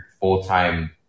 full-time